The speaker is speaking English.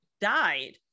died